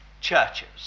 churches